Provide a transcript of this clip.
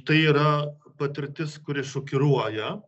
tai yra patirtis kuri šokiruoja